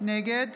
נגד